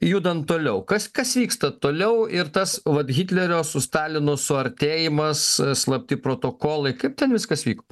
judant toliau kas kas vyksta toliau ir tas vat hitlerio su stalinu suartėjimas slapti protokolai kaip ten viskas vyko